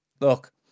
Look